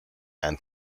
and